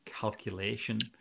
calculation